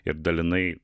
ir dalinai